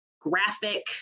graphic